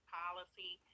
policy